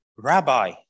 Rabbi